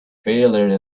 failure